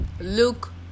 look